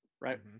right